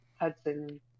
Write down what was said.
Hudson